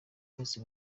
uretse